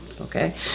Okay